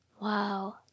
Wow